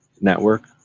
network